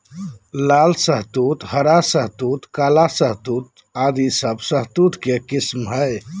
लाल शहतूत, हरा शहतूत, काला शहतूत आदि सब शहतूत के किस्म हय